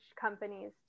companies